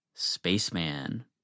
Spaceman